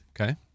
Okay